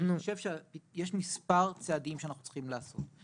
אני חושב שיש מספר צעדים שאנחנו צריכים לעשות.